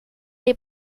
les